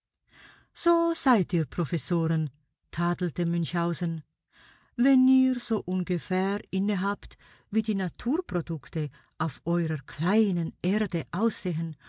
so seid ihr professoren tadelte münchhausen wenn ihr so ungefähr innehabt wie die naturprodukte auf eurer kleinen erde aussehen